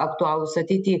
aktualūs ateity